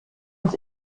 uns